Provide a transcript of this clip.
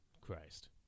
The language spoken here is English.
Christ